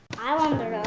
i wonder, though.